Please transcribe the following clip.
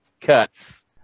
cuts –